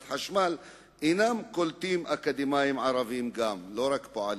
החשמל אינם קולטים גם אקדמאים ערבים ולא רק פועלים,